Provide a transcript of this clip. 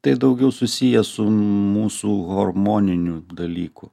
tai daugiau susiję su mūsų hormoniniu dalyku